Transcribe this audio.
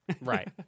Right